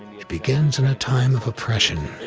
it begins in a time of oppression,